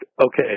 okay